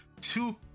two